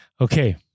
Okay